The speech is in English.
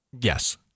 Yes